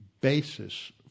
basis